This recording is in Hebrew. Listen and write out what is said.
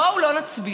בואו לא נצביע.